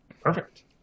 Perfect